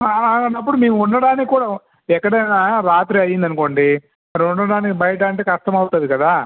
అలాంటప్పుడు మేము ఉండటానికి కూడా ఎక్కడైనా రాత్రి అయ్యింది అనుకోండి మరి ఉండడానికి బయట అంటే కష్టం అవుతుంది కదా